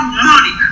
money